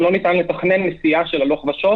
לא ניתן לתכנן נסיעות של הלוך ושוב